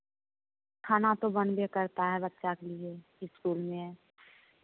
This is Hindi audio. खाना तो बनबे करता है बच्चा के लिए इस्कूल में